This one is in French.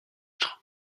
être